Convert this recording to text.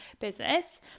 business